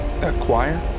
Acquire